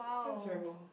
that's terrible